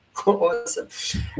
Awesome